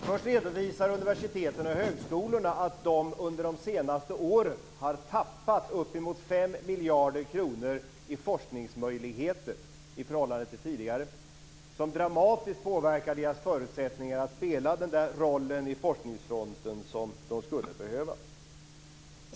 Först redovisar universiteten och högskolorna att de under de senaste åren har tappat uppemot 5 miljarder kronor i forskningsmöjligheter i förhållande till tidigare, vilket dramatiskt påverkar deras förutsättningar att spela den roll i forskningsfronten som de skulle behöva.